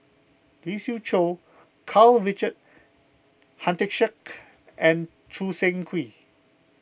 Lee Siew Choh Karl Richard Hanitsch and Choo Seng Quee